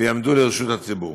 ויעמדו לרשות הציבור.